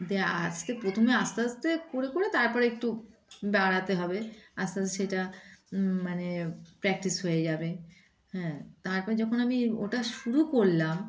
দিয়ে আস্তে প্রথমে আস্তে আস্তে করে করে তার পরে একটু বাড়াতে হবে আস্তে আস্তে সেটা মানে প্র্যাকটিস হয়ে যাবে হ্যাঁ তার পরে যখন আমি ওটা শুরু করলাম